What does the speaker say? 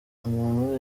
umuntu